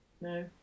No